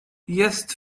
jest